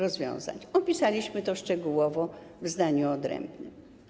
Opisaliśmy to szczegółowo w zdaniu odrębnym.